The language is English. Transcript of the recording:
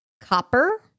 copper